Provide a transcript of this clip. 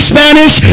Spanish